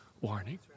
warning